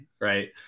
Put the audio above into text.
right